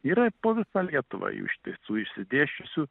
yra po visą lietuvą jų iš tiesų išsidėsčiusių